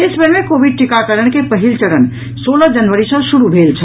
देश भरि मे कोविड टीकाकरणक पहिल चरण सोलह जनवरी सॅ शुरू भेल छल